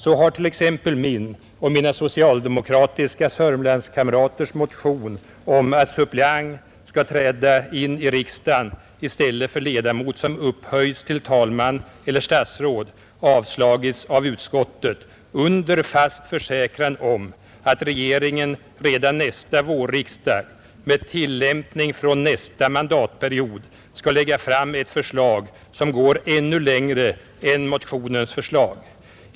Så har t.ex. min och mina socialdemokratiska Sörmlandskamraters motion om att suppleant skall träda in i riksdagen i stället för ledamot som upphöjs till talman eller statsråd avstyrkts av utskottet under fast försäkran om att regeringen redan nästa vårriksdag med tillämpning från nästa mandatperiod skall lägga fram ett förslag, som går ännu längre än motionens förslag.